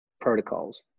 protocols